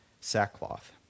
sackcloth